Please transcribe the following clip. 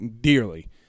dearly